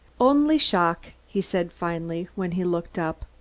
only shock, he said finally, when he looked up.